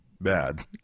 bad